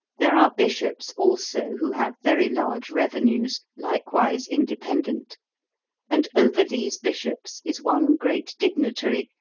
there are bishops, also, who have very large revenues, likewise independent and over these bishops is one great dignitary,